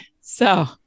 So-